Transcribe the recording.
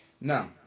Now